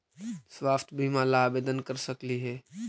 स्वास्थ्य बीमा ला आवेदन कर सकली हे?